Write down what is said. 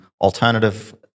alternative